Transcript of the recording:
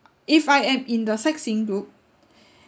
if I am in the sightseeing group